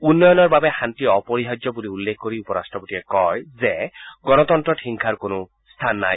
উন্নয়নৰ বাবে শান্তি অপৰিহাৰ্য্য বুলি উল্লেখ কৰি উপ ৰাট্টপতিয়ে কয় যে গণতন্নত হিংসাৰ কোনো স্থান নাই